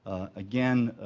again,